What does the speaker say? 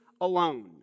Alone